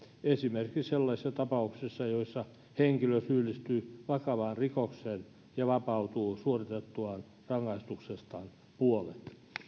esimerkiksi sellaisissa tapauksissa joissa henkilö syyllistyy vakavaan rikokseen ja vapautuu suoritettuaan rangaistuksestaan puolet